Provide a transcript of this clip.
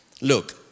look